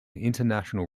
international